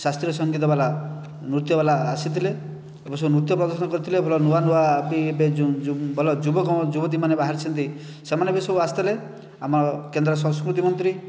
ଶାସ୍ତ୍ରୀୟ ସଂଗୀତ ବାଲା ନୃତ୍ୟ ବାଲା ଆସିଥିଲେ ଏବେ ସେ ନୃତ୍ୟ ପ୍ରଦର୍ଶନ କରିଥିଲେ ଏପଟେ ନୂଆ ନୂଆ ଏବେ ଯେଉଁ ଯୁବକ ଯୁବତୀମାନେ ବାହାରିଛନ୍ତି ସେମାନେ ବି ସବୁ ଆସିଥିଲେ ଆମ କେନ୍ଦ୍ର ସଂସ୍କୃତି ମନ୍ତ୍ରୀ